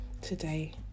Today